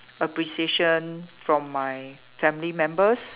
appreciation from my family members